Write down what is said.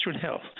Health